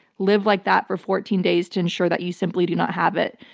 live like that for fourteen days to ensure that you simply do not have it.